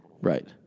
Right